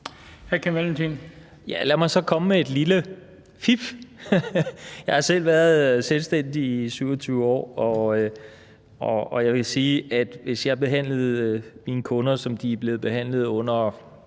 lad mig så komme med et lille fif. Jeg har selv været selvstændig i 27 år, og jeg vil sige, at hvis jeg behandlede mine kunder, som de er blevet behandlet fra